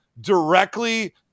directly